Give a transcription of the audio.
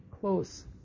close